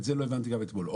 את זה לא הבנתי גם אתמול.